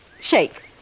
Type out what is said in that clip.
Shake